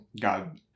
God